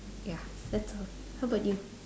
ya that's all how about you